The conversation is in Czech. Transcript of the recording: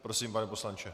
Prosím, pane poslanče.